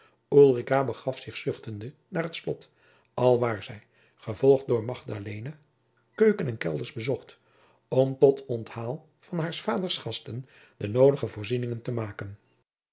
begaf zich zuchtende naar het slot alwaar zij gevolgd door magdalena keuken en kelders bezocht om tot onthaal van haars vaders gasten de noodige voorzieningen te maken